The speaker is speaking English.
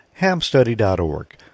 hamstudy.org